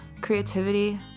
creativity